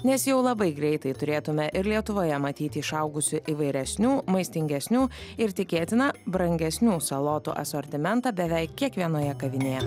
nes jau labai greitai turėtume ir lietuvoje matyti išaugusių įvairesnių maistingesnių ir tikėtina brangesnių salotų asortimentą beveik kiekvienoje kavinėje